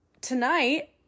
tonight